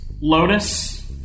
Lotus